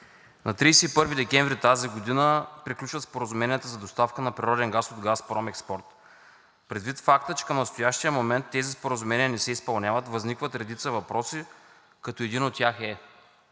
На 31 декември тази година приключват споразуменията за доставка на природен газ от „Газпром Експорт“. Предвид факта, че към настоящия момент тези споразумения не се изпълняват, възникват редица въпроси, като един от тях е: